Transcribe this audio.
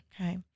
Okay